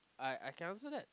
I I can answer that